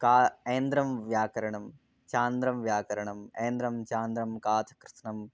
का ऐन्द्रव्याकरणं चान्द्रव्याकरणम् ऐन्द्रं चान्द्रं काशकृस्नम्